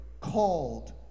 called